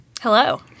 Hello